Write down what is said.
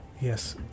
Yes